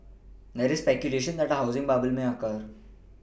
there is speculation that a housing bubble may occur